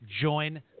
join